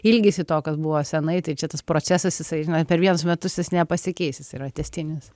ilgisi to kas buvo senai tai čia tas procesas jisai žinot per vienus metus jis nepasikeis jis yra tęstinis